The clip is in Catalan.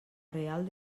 real